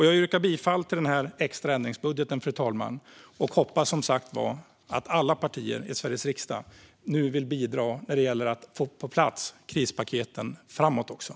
Jag yrkar bifall till den extra ändringsbudgeten, fru talman, och hoppas som sagt att alla partier i Sveriges riksdag nu vill bidra också när det gäller att få krispaketen på plats framåt.